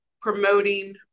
promoting